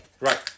Right